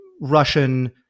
Russian